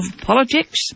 politics